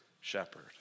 shepherd